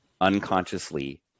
unconsciously